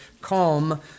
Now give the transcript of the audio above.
calm